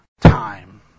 time